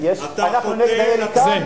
אדוני היושב-ראש,